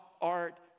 art